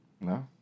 No